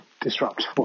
disrupt